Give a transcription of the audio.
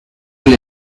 del